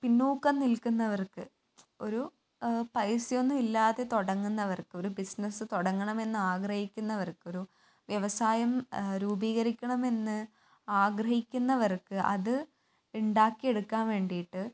പിന്നോക്കം നിൽക്കുന്നവർക്ക് ഒരു പൈസയൊന്നും ഇല്ലാതെ തുടങ്ങുന്നവർക്ക് ഒരു ബിസിനസ്സ് തുടങ്ങണമെന്ന് ആഗ്രഹിക്കുന്നവർക്കൊരു വ്യവസായം രൂപീകരിക്കണമെന്ന് ആഗ്രഹിക്കുന്നവർക്ക് അത് ഉണ്ടാക്കി എടുക്കാൻ വേണ്ടിയിട്ട്